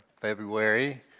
February